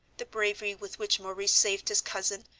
the bravery with which maurice saved his cousin,